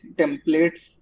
templates